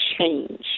change